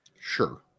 Sure